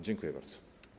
Dziękuję bardzo.